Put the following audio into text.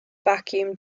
vacuum